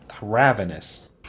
ravenous